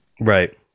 Right